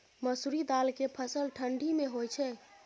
मसुरि दाल के फसल ठंडी मे होय छै?